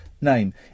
name